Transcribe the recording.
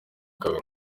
kabiri